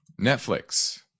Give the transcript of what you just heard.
Netflix